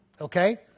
okay